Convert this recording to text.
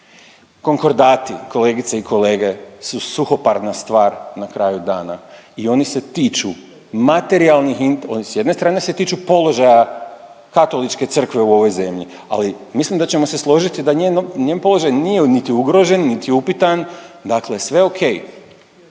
Konkordati kolegice i kolege su suhoparna stvar na kraju dana i oni se tiču materijalnih inter… s jedne strane se tiču položaja Katoličke crkve u ovoj zemlji, ali mislim da ćemo se složiti da njen položaj nije niti ugrožen, niti upita, dakle sve ok,